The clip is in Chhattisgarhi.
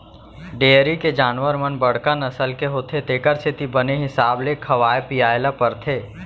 डेयरी के जानवर मन बड़का नसल के होथे तेकर सेती बने हिसाब ले खवाए पियाय ल परथे